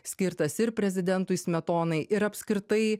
skirtas ir prezidentui smetonai ir apskritai